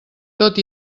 tot